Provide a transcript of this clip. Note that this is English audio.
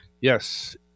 yes